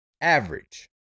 average